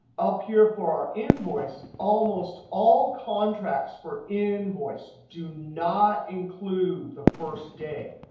up here for our invoice, almost all contracts for invoice do not include the first day.